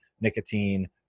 nicotine